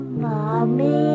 mommy